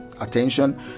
attention